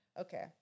Okay